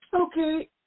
Okay